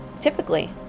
typically